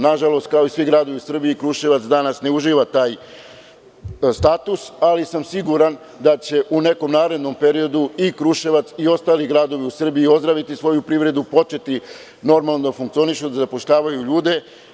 Nažalost, kao i svi gradovi u Srbiji, Kruševac danas ne uživa taj status, ali sam siguran da će u nekom narednom periodu i Kruševac i ostali gradovi u Srbiji ozdraviti svoju privredu, početi normalno da funkcionišu, da zapošljavaju ljude.